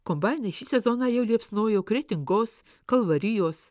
kombainai šį sezoną jau liepsnojo kretingos kalvarijos